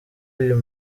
uyu